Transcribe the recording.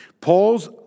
Paul's